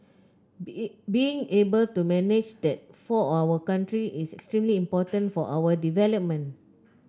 be being able to manage that for our country is extremely important for our development